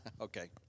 okay